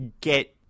get